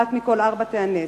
אחת מכל ארבע תיאנס.